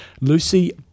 Lucy